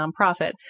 nonprofit